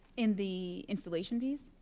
in the installation piece?